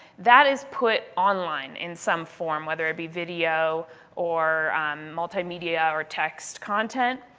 that is put online in some form, whether it be video or multimedia or text content.